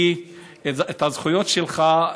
כי את הזכויות שלך,